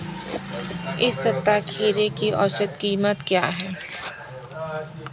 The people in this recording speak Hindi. इस सप्ताह खीरे की औसत कीमत क्या है?